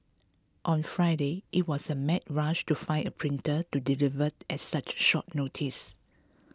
on Friday it was a mad rush to find a printer to deliver at such short notice